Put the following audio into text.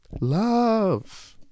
Love